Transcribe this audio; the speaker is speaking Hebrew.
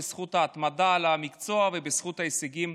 בזכות ההתמדה במקצוע ובזכות ההישגים,